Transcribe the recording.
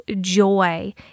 joy